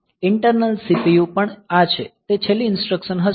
internal CPU પણ આ છે તે છેલ્લી ઇન્સ્ટ્રક્સન હશે